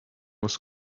was